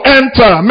enter